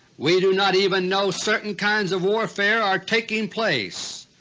we do not even know certain kinds of warfare are taking place!